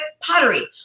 pottery